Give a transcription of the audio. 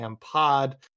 Pod